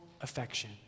affection